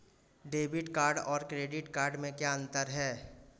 Debit card और credit card में क्या अंतर है?